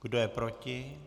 Kdo je proti?